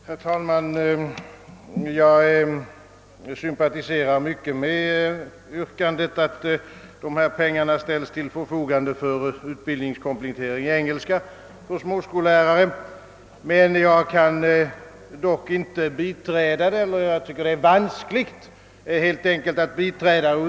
Herr talman! Jag sympatiserar mycket med yrkandet att dessa pengar ställs till förfogande för utbildningskomplettering i engelska för småskollärare, men jag kan ändå inte biträda förslaget. Jag tycker helt enkelt, att det är vanskligt att göra det.